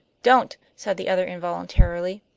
don't! said the other involuntarily.